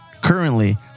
currently